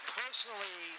personally